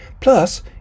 Plus